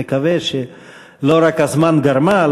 נקווה שלא רק הזמן גרמה,